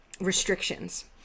restrictions